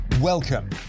Welcome